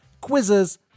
quizzes